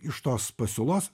iš tos pasiūlos